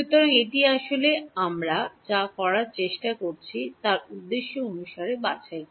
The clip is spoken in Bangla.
সুতরাং এটি আসলে আমরা যা করার চেষ্টা করছি তার উদ্দেশ্য অনুসারে বাছাই করা